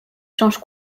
change